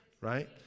Right